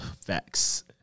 Facts